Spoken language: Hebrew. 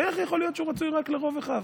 איך יכול להיות שהוא רצוי רק לרוב אחיו?